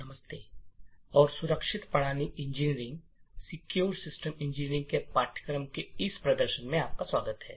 नमस्ते और सुरक्षित प्रणाली इंजीनियरिंग के पाठ्यक्रम के इस प्रदर्शन में आपका स्वागत है